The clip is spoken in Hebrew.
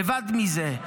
לבד מזה,